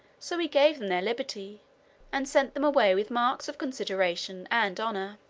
so he gave them their liberty and sent them away with marks of consideration and honor.